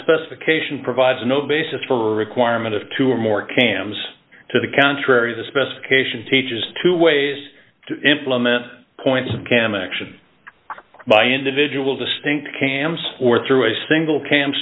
specification provides no basis for requirement of two or more cams to the contrary the specification teaches two ways to implement points of cam action by individual distinct cams or through a single cam